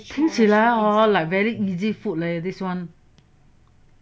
like that hor like very easy food leh this one